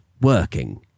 working